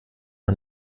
man